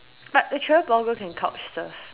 but a travel blogger can couch surf